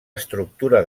estructura